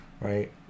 right